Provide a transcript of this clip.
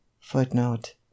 Footnote